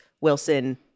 Wilson